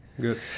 Good